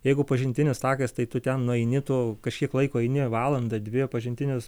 jeigu pažintinis takas tai tu ten nueini tu kažkiek laiko eini valandą dvi pažintinis